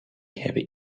hebben